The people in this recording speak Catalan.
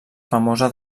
famosa